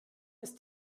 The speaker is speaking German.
ist